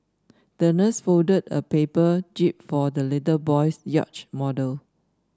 the nurse folded a paper jib for the little boy's yacht model